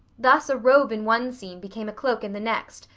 thus a robe in one scene became a cloak in the next,